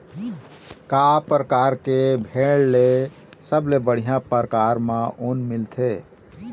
का परकार के भेड़ ले सबले बढ़िया परकार म ऊन मिलथे?